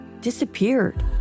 disappeared